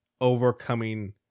overcoming